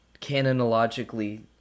canonologically